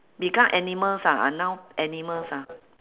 become animals ah are now animals ah